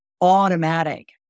automatic